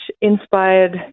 inspired